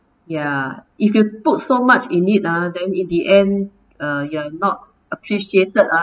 ya if you put so much in it ah then in the end uh you're not appreciated ah